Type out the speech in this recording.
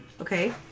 Okay